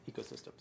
ecosystems